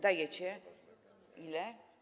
Dajecie ile?